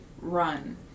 run